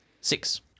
Six